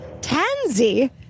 Tansy